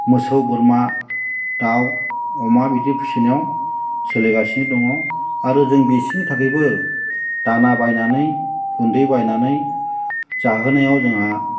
मोसौ बोरमा दाउ अमा बिदि फिनायाव सोलिगासिनो दङ आरो जों बिसिनि थाखायबो दाना बायनानै गुन्दै बायनानै जाहोनायाव जोंहा